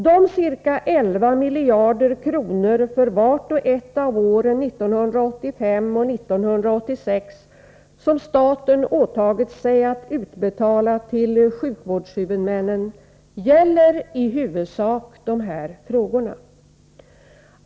De ca 11 miljarder kronor för vart och ett av åren 1985 och 1986 som staten åtagit sig att utbetala till sjukvårdshuvudmännen gäller i huvudsak dessa frågor.